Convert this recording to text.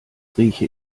rieche